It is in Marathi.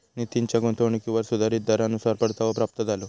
नितीनच्या गुंतवणुकीवर सुधारीत दरानुसार परतावो प्राप्त झालो